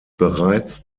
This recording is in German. bereits